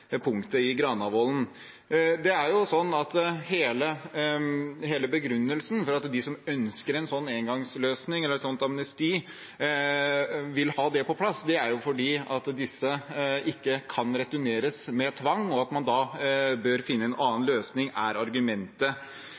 i det opprinnelige punktet i Granavolden-plattformen. Hele begrunnelsen for at de som ønsker en sånn engangsløsning, eller et sånt amnesti, vil ha det på plass, er at disse asylsøkerne ikke kan returneres med tvang, og at man da bør finne en annen løsning. Det er argumentet.